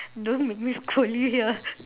don't make me scold you here